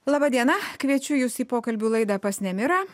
laba diena kviečiu jus į pokalbių laidą pas nemirą